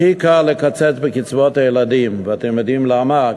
הכי קל לקצץ בקצבאות הילדים, אתה יודעים למה?